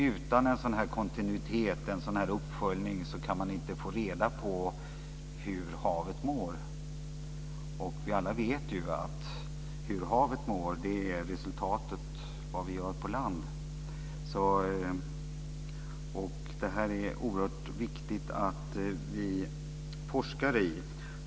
Utan en sådan kontinuitet och uppföljning kan man inte få reda på hur havet mår. Vi vet ju att hur havet mår är resultatet av vad vi gör på land. Det är oerhört viktigt att vi forskar i detta.